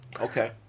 Okay